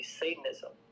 satanism